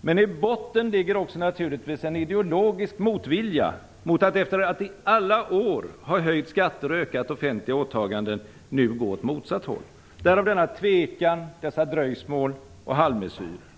Men i botten ligger naturligtvis också en ideologisk motvilja mot att efter att i alla år ha höjt skatter och ökat offentliga åtagande nu gå åt motsatt håll. Därav denna tvekan, dessa dröjsmål och halvmessyrer.